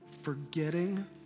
forgetting